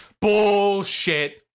Bullshit